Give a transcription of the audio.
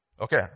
Okay